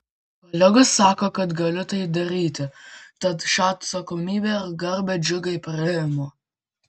kolegos sako kad galiu tai daryti tad šią atsakomybę ir garbę džiugiai priimu